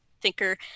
thinker